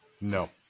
No